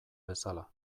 bezala